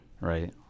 Right